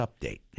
update